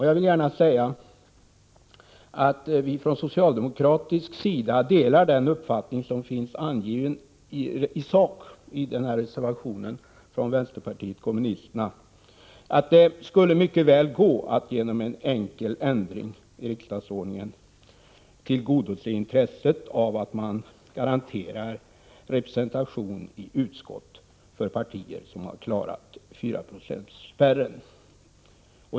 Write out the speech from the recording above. Jag vill gärna säga att vi från socialdemokraternas sida i sak delar den uppfattning som finns angiven i reservationen från vänsterpartiet kommunisterna, nämligen att det mycket väl skulle vara möjligt att genom en enkel ändring i riksdagsordningen tillgodose intresset av att representation i utskotten garanteras de partier som har klarat 4-procentsspärren.